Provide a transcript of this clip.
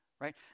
right